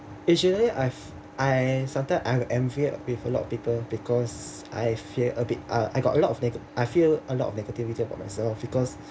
usually I've I sometimes I am fear with a lot of people because I feel a bit uh I got a lot of nega~ I feel a lot of negativity about myself because